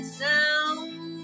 sound